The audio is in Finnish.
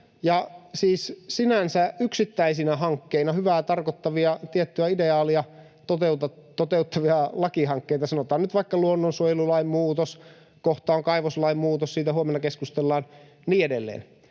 ja siis sinänsä yksittäisinä hankkeina hyvää tarkoittavia, tiettyä ideaalia toteuttavia lakihankkeita, sanotaan nyt vaikka luonnonsuojelulain muutos, kohta on kaivoslain muutos — siitä huomenna keskustellaan — ja niin edelleen,